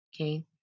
Okay